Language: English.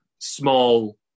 small